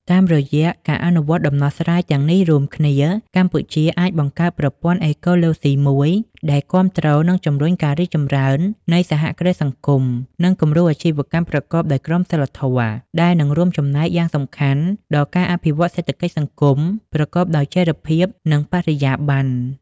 តាមរយៈការអនុវត្តដំណោះស្រាយទាំងនេះរួមគ្នា កម្ពុជាអាចបង្កើតប្រព័ន្ធអេកូឡូស៊ីមួយដែលគាំទ្រ និងជំរុញការរីកចម្រើននៃសហគ្រាសសង្គម និងគំរូអាជីវកម្មប្រកបដោយក្រមសីលធម៌ ដែលនឹងរួមចំណែកយ៉ាងសំខាន់ដល់ការអភិវឌ្ឍសេដ្ឋកិច្ចសង្គមប្រកបដោយចីរភាព និងបរិយាបន្ន ។